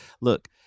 look